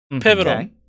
pivotal